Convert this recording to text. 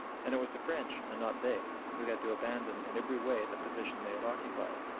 and it was the french and not they who had to abandon in every way the position they had occupied.